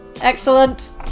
Excellent